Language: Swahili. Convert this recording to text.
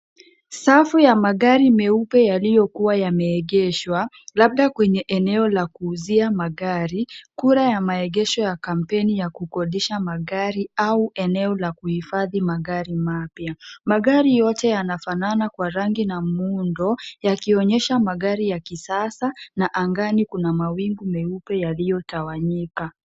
Safu ya magari meupe yaliyokuwa yameegeshwa, labda kwenye eneo la kuuzia magari. Kura ya maegesho ya kampeni ya kukodisha magari au eneo la kuhifadhi magari mapya. Magari yote yanafanana kwa rangi na muundo, yakionyesha magari ya kisasa, na angani kuna mawingu meupe yaliyotawanyika.